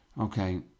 okay